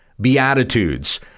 beatitudes